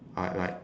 uh like